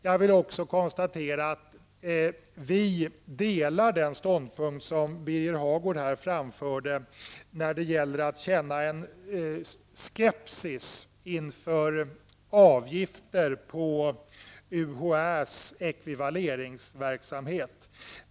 Jag vill också konstatera att vi delar den ståndpunkt som Birger Hagård här framförde när det gäller att känna en skepis inför avgifter på UHÄs ekvivaleringsverksamhet.